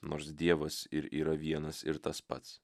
nors dievas ir yra vienas ir tas pats